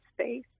space